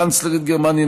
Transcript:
קנצלרית גרמניה,